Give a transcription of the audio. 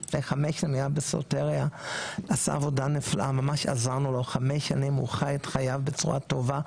שהיה בסוטריה חמש שנים הוא חי את חייו בצורה טובה,